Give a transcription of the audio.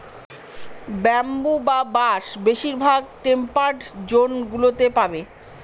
bamboo বা বাঁশ বেশিরভাগ টেম্পারড জোন গুলোতে পাবে